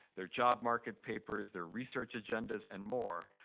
their job market papers, their research agendas, and more.